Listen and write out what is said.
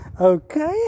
okay